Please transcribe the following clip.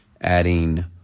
adding